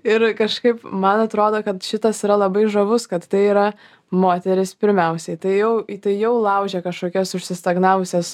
ir kažkaip man atrodo kad šitas yra labai žavus kad tai yra moteris pirmiausiai tai jau į tai jau laužė kažkokias užsistagnavusias